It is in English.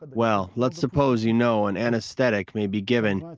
well, let's suppose, you know, an anaesthetic may be given,